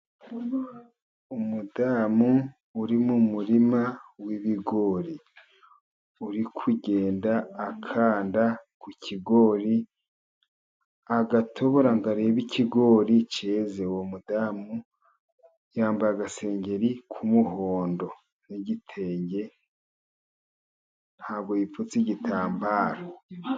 Umudamu uri mu murima w'ibigori, uri kugenda akanda ku kigori agatobora ngo arebe ikigori cyeze. Uwo mudamu yambaye agasengeri k'umuhondo n'igitenge ntabwo yipfutse igitambaro.